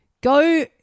Go